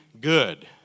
good